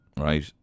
right